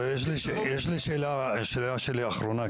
יש לי שאלה אחרונה,